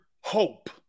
hope